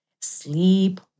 sleep